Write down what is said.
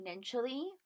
exponentially